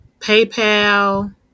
PayPal